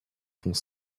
font